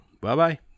Bye-bye